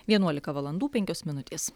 vienuolika valandų penkios minutės